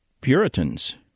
Puritans